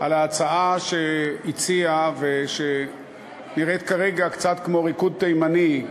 על ההצעה שהציע ושנראית כרגע קצת כמו ריקוד תימני,